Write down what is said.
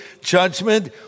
judgment